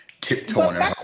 tiptoeing